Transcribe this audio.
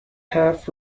حرف